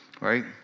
Right